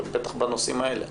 בטח בנושאים האלה.